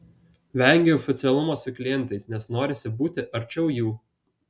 vengiu oficialumo su klientais nes norisi būti arčiau jų